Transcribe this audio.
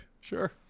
sure